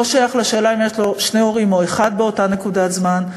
לא שייכת לשאלה אם יש לו שני הורים או אחד באותה נקודת זמן.